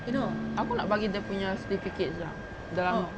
aku nak bagi dia punya certificate siak dan